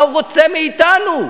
מה הוא רוצה מאתנו?